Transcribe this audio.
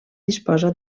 disposa